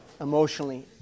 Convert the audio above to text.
emotionally